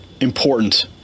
important